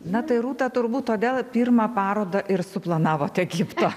na tai rūta turbūt todėl pirmą parodą ir suplanavot egiptą